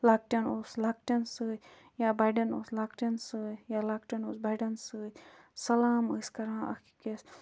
لۄکٹیٚن اوس لۄکٹیٚن سۭتۍ یا بَڑیٚن اوس لۄکٹیٚن سۭتۍ یا لۄکٹیٚن اوس بَڑیٚن سۭتۍ سلام ٲسۍ کران اکھ أکِس